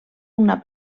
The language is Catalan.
una